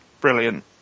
brilliant